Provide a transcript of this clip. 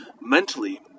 mentally